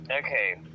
Okay